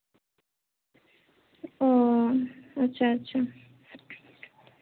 ᱚ ᱟᱪᱪᱷᱟ ᱟᱪᱪᱷᱟ